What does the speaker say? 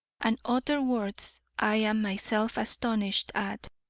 and utter words i am myself astonished at.